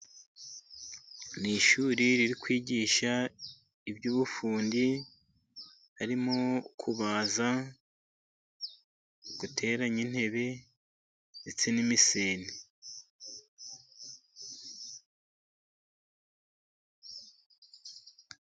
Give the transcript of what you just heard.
Ni ishuri ririkwigisha iby'ubufundi, harimo kubaza, guteranya intebe, ndetse n'imiseni.